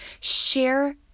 Share